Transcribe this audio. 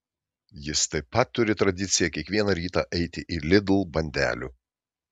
jis taip pat turi tradiciją kiekvieną rytą eiti į lidl bandelių